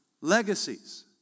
legacies